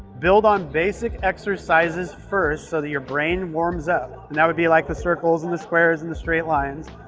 build on basic exercises first so that your brain warms up. and that would be like the circles and the squares and the straight lines.